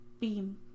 beam